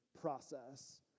process